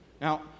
Now